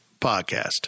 podcast